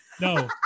No